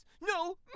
No